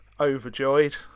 overjoyed